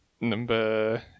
Number